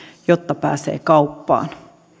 jotta pääsee kauppaan